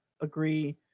agree